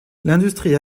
l’industrie